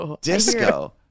disco